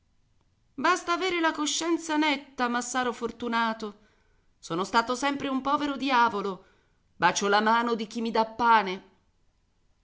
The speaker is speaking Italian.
basta avere la coscienza netta massaro fortunato sono stato sempre un povero diavolo bacio la mano di chi mi dà pane